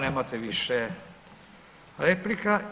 Nemate više replika.